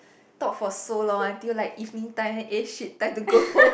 talk for so long until like evening time eh !shit! time to go home